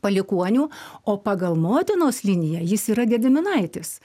palikuonių o pagal motinos liniją jis yra gediminaitis